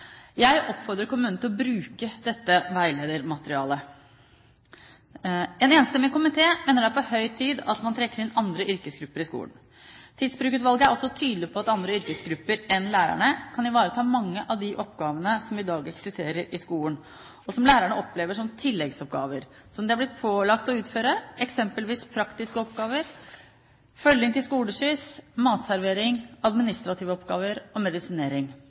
Jeg oppfordrer kommunene til å bruke dette veiledermateriellet. En enstemmig komité mener det er på høy tid at man trekker inn andre yrkesgrupper i skolen. Tidsbrukutvalget er også tydelig på at andre yrkesgrupper enn lærerne kan ivareta mange av de oppgavene som i dag eksisterer i skolen, og som lærerne opplever som tilleggsoppgaver som de er blitt pålagt å utføre, eksempelvis praktiske oppgaver, følging til skoleskyss, matservering, administrative oppgaver og medisinering.